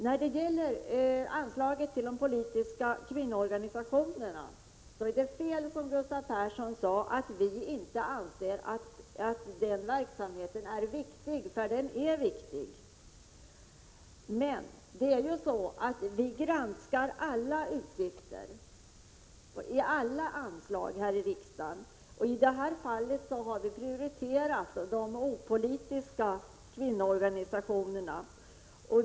När det gäller anslaget till de politiska kvinnoorganisationerna är det fel som Gustav Persson sade, att vi inte anser att den verksamheten är viktig. Den är viktig. Men vi granskar ju alla utgifter på alla anslag här i riksdagen. I detta fall har vi prioriterat de opolitiska kvinnoorganisationerna.